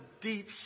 deep